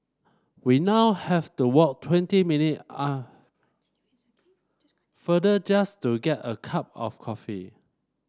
we now have to walk twenty minute are farther just to get a cup of coffee